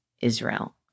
Israel